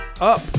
Up